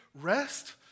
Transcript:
rest